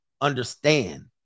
understand